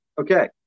Okay